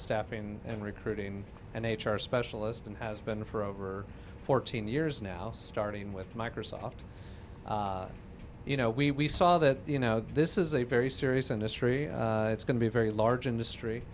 staffing and recruiting and h r specialist and has been for over fourteen years now starting with microsoft you know we saw that you know this is a very serious industry it's going to be very large industry